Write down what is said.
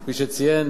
כפי שציין